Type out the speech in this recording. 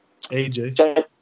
AJ